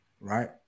right